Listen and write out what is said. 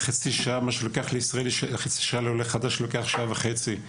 מה שלוקח לישראלי חצי שעה לא לוקח שעה וחצי לעולה אלא הרבה יותר.